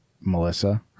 Melissa